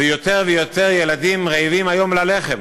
ויותר ויותר ילדים רעבים היום ללחם.